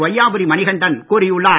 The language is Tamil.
வையாபுரி மணிகண்டன் கூறியுள்ளார்